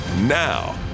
now